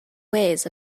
ways